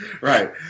right